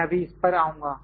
मैं अभी इस पर आऊंगा